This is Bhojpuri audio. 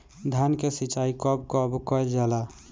धान के सिचाई कब कब कएल जाला?